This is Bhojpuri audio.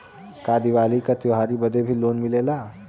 का दिवाली का त्योहारी बदे भी लोन मिलेला?